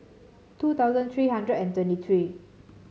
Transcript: two thousand three hundred and twenty three